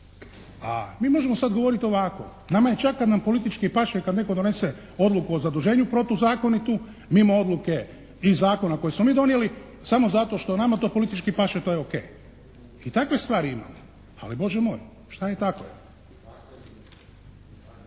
A mi možemo sad govoriti ovako. Nama je čak kad nam politički paše kad netko donese odluku o zaduženju protuzakonitu mimo odluke tih zakona koje smo mi donijeli samo zato što nama to politički paše to je o.k. I takve stvari imamo. Ali Bože moj, šta je tako je.